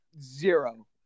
zero